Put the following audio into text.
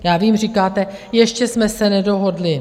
Já vím, říkáte, ještě jsme se nedohodli.